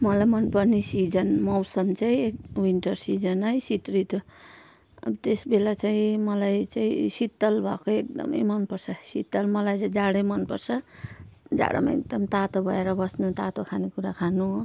मलाई मन पर्ने सिजन मौसम चाहिँ विन्टर सिजन है शित ऋतु अब त्यसबेला चाहिँ मलाई चाहिँ शीतल भएको एकदमै मनपर्छ शीतल मलाई चाहिँ जाडै मनपर्छ जाडोमा एकदम तातो भएर बस्नु तातो खानेकुरा खानु